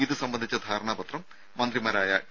ഇത് സംബന്ധിച്ച ധാരണാപത്രം മന്ത്രിമാരായ ടി